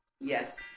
Yes